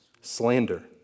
slander